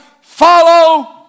follow